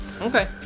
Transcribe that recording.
okay